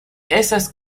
esas